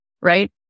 right